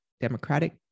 Democratic